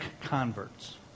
converts